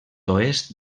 oest